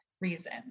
reason